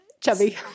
chubby